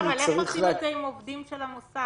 לא, אבל איך עושים את זה עם עובדים של המוסד?